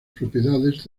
propiedades